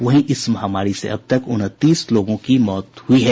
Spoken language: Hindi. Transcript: वहीं इस महामारी से अब तक उनतीस लोगों की मौत हुई है